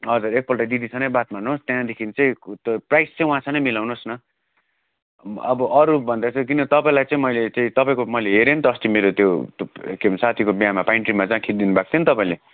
हजुर एकपल्ट दिदीसँगै बात मार्नुहोस् त्यहाँदेखि चाहिँ त प्राइस चाहिँ उहाँसँगै मिलाउनुहोस् न अब अरूभन्दा चाहिँ किन तपाईँलाई चाहिँ मैले त्यही तपाईँको मैले हेरेँ नि त अस्ति मेरो त्यो तप् के भन्छ साथीको बिहामा पाइन ट्रीमा जहाँ खिचिदिनु भएको थियो नि तपाईँले